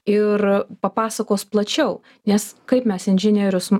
ir papasakos plačiau nes kaip mes inžinierius